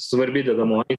svarbi dedamoji